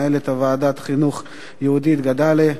למנהלת ועדת החינוך יהודית גידלי,